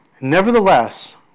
nevertheless